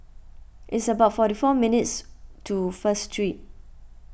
it's about forty four minutes' walk to First Street